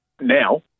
Now